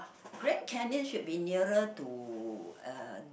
Grand Canyon should be nearer to a